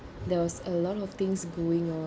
there was a lot of things going on